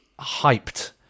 hyped